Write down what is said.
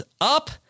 up